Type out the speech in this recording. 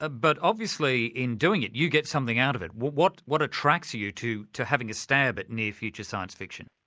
ah but obviously in doing it, you get something out of it. what what attracts you to to having a stab at near-future science fiction?